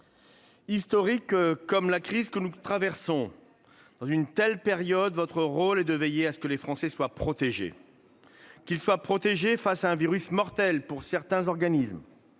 Historique comme la crise que nous traversons. Dans une telle période, votre rôle est de veiller à ce que les Français soient protégés, face à un virus mortel pour certains organismes,